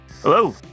Hello